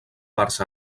parts